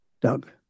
doug